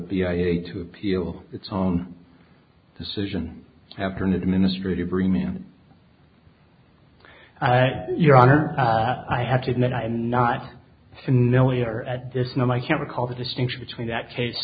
v a to appeal its own decision after an administrative remained your honor i have to admit i'm not familiar at this no i can't recall the distinction between that case